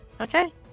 Okay